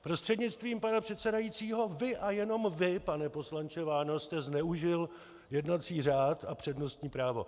Prostřednictvím pana předsedajícího vy a jenom vy, pane poslanče Váňo, jste zneužil jednací řád a přednostní právo.